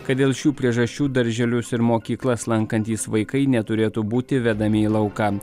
kad dėl šių priežasčių darželius ir mokyklas lankantys vaikai neturėtų būti vedami į lauką